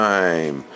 Time